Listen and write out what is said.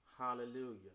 Hallelujah